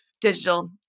digital